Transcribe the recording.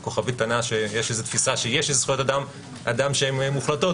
עם כוכבית קטנה שיש איזו תפיסה שיש איזשהן זכויות אדם שהן מוחלטות,